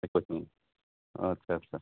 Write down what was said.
একৈছত অঁ আচ্ছা আচ্ছা